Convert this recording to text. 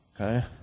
Okay